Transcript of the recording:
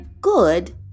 good